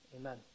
Amen